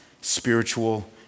spiritual